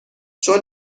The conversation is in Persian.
چون